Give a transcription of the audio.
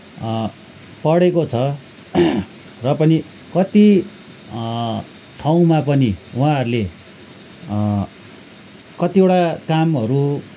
पढेको छ र पनि कति ठाउँमा पनि उहाँहरूले कतिवटा कामहरू